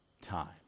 time